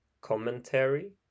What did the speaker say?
commentary